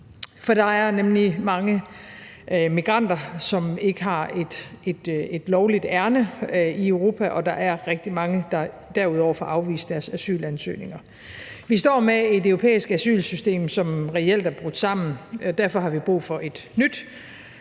for der er nemlig mange migranter, som ikke har et lovligt ærinde i Europa, og der er rigtig mange, der derudover får afvist deres asylansøgninger. Vi står med et europæisk asylsystem, som reelt er brudt sammen. Derfor har vi brug for et nyt,